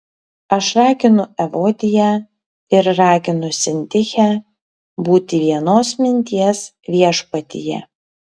aš raginu evodiją ir raginu sintichę būti vienos minties viešpatyje